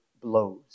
blows